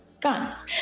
guns